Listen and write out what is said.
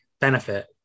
benefit